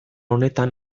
honetan